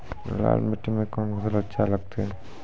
लाल मिट्टी मे कोंन फसल अच्छा लगते?